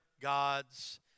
God's